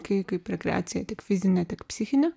kai kaip rekreacija tik fizinė tik psichinė